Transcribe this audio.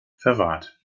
verwahrt